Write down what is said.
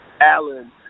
Alan